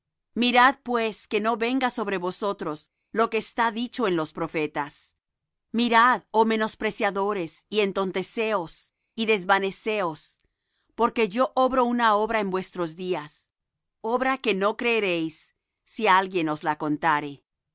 mirad pues que no venga sobre vosotros lo que está dicho en los profetas mirad oh menospreciadores y entonteceos y desvaneceos porque yo obro una obra en vuestros días obra que no creeréis si alguien os la contare